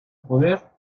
poder